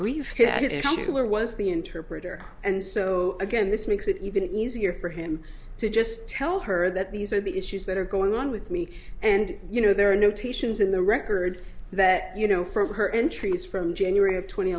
consular was the interpreter and so again this makes it even easier for him to just tell her that these are the issues that are going on with me and you know there are notations in the record that you know from her entries from january of tw